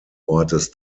ortes